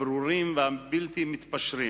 הברורים והבלתי-מתפשרים.